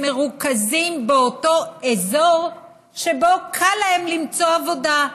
מרוכזים באותו אזור שבו קל להם למצוא עבודה,